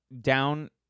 down